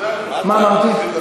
מה אמרתי?